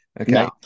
okay